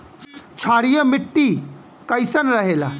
क्षारीय मिट्टी कईसन रहेला?